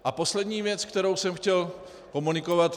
A poslední věc, kterou jsem chtěl komunikovat.